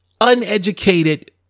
uneducated